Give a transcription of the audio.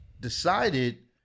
decided